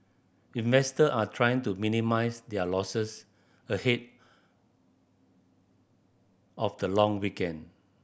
investor are trying to minimise their losses ahead of the long weekend